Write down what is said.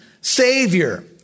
Savior